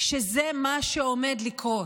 שזה מה שעומד לקרות.